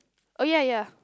oh ya ya